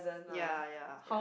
ya ya